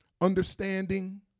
understanding